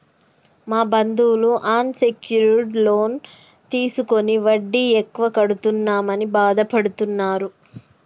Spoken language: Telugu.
మా బంధువులు అన్ సెక్యూర్డ్ లోన్ తీసుకుని వడ్డీ ఎక్కువ కడుతున్నామని బాధపడుతున్నరు